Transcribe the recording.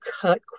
cut